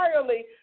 entirely